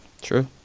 True